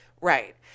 Right